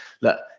look